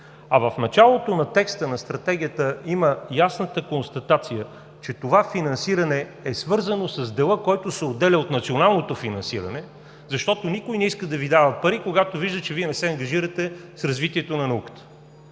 а в началото на текста на Стратегията има ясната констатация, че това финансиране е свързано с дела, който се отделя от националното финансиране, защото никой не иска да Ви дава пари, когато вижда, че не се ангажирате с развитието на науката,